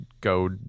go